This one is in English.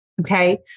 Okay